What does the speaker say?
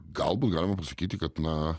galbūt galima pasakyti kad na